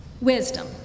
Wisdom